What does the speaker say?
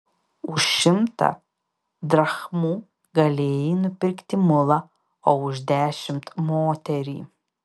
už šimtą drachmų galėjai nupirkti mulą o už dešimt moterį